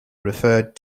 referred